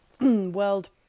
world